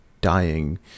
dying